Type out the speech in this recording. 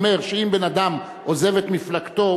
אומר שאם בן-אדם עוזב את מפלגתו,